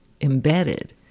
embedded